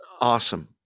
Awesome